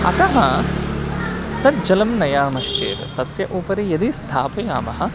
अतः तत् जलं नयामश्चेत् तस्य उपरि यदि स्थापयामः